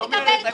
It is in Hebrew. אני מדברת איתך.